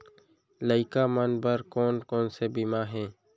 लइका मन बर कोन कोन से बीमा हे?